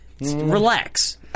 Relax